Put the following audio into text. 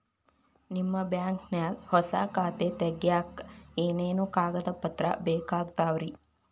ನಿಮ್ಮ ಬ್ಯಾಂಕ್ ನ್ಯಾಗ್ ಹೊಸಾ ಖಾತೆ ತಗ್ಯಾಕ್ ಏನೇನು ಕಾಗದ ಪತ್ರ ಬೇಕಾಗ್ತಾವ್ರಿ?